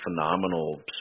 phenomenal